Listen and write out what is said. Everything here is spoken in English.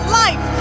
life